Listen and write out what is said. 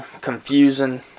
confusing